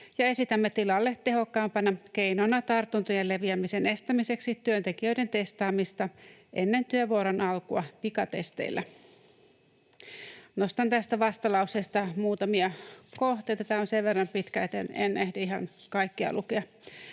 ja esitämme tilalle tehokkaampana keinona tartuntojen leviämisen estämiseksi työntekijöiden testaamista ennen työvuoron alkua pikatesteillä. Nostan tästä vastalauseesta muutamia kohteita. Tämä on sen verran pitkä, että en ehdi ihan kaikkea lukea.